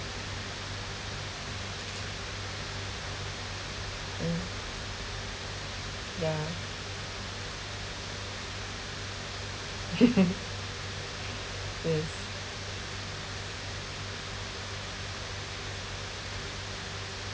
mm yeah yes